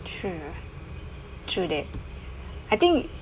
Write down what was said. true true that I think